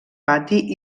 pati